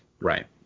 right